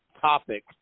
topic